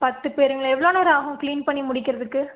பத்து பேருங்களா எவ்வளோ நேரம் ஆகும் க்ளீன் பண்ணி முடிக்கிறதுக்கு